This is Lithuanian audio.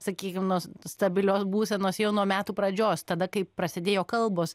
sakykim nuo stabilios būsenos jau nuo metų pradžios tada kai prasidėjo kalbos